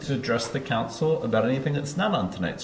to address the council about anything that's not on tonight